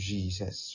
Jesus